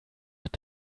hat